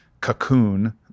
cocoon